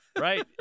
Right